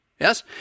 yes